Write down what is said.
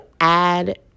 add